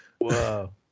Wow